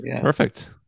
Perfect